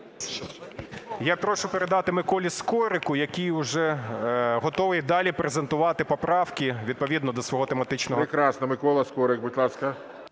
Я прошу передати Миколі Скорику, який вже готовий далі презентувати поправки, відповідно до свого тематичного… ГОЛОВУЮЧИЙ. Прекрасно! Микола Скорик, будь ласка.